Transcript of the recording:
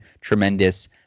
tremendous